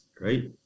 right